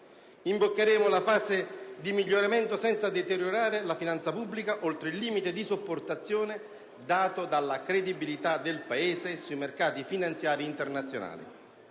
Imboccheremo la fase di miglioramento senza deteriorare la finanza pubblica oltre il limite di sopportazione dato dalla credibilità del Paese sui mercati finanziari internazionali.